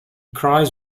cries